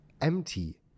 empty